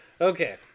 Okay